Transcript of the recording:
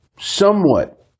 somewhat